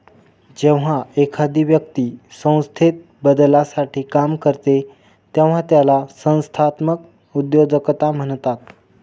जेव्हा एखादी व्यक्ती संस्थेत बदलासाठी काम करते तेव्हा त्याला संस्थात्मक उद्योजकता म्हणतात